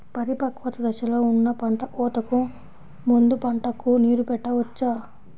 పరిపక్వత దశలో ఉన్న పంట కోతకు ముందు పంటకు నీరు పెట్టవచ్చా?